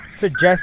suggest